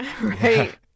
right